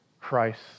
Christ